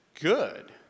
Good